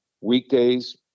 Weekdays